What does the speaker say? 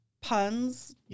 Puns